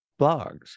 blogs